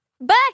Bye